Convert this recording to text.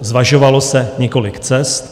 Zvažovalo se několik cest.